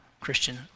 Christian